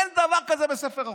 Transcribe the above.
אין דבר כזה בספר החוקים.